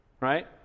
Right